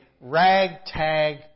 ragtag